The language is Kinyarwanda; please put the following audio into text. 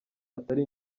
atari